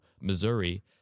Missouri